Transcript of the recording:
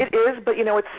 it is, but you know,